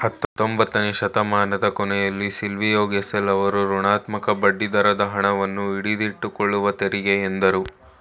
ಹತ್ತೊಂಬತ್ತನೆ ಶತಮಾನದ ಕೊನೆಯಲ್ಲಿ ಸಿಲ್ವಿಯೋಗೆಸೆಲ್ ಅವ್ರು ಋಣಾತ್ಮಕ ಬಡ್ಡಿದರದ ಹಣವನ್ನು ಹಿಡಿದಿಟ್ಟುಕೊಳ್ಳುವ ತೆರಿಗೆ ಎಂದ್ರು